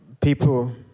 people